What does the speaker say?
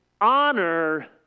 honor